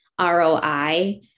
ROI